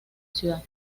ciudad